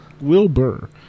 Wilbur